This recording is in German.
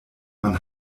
man